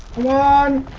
one